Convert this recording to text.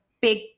big